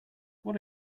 what